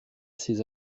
ces